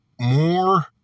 more